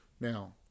now